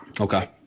Okay